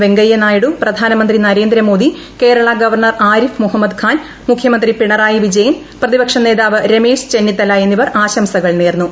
വെങ്കയ്യ നായിഡു പ്രധാനമന്ത്രി നരേന്ദ്രമോദി കേരള ഗവർണർ ആരിഫ് മുഹമ്മദ് ഖാൻ മുഖ്യമന്ത്രി പിണറായി വിജയൻ പ്രതിപക്ഷനേതാവ് രമേശ് ചെന്നിത്തല എന്നിവർ ആശംസകൾ നേർന്നു